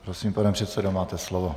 Prosím, pane předsedo, máte slovo.